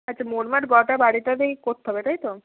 আচ্ছা মোটমাট গোটা বাড়িটাতেই করতে হবে তাই তো